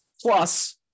Plus